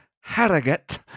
Harrogate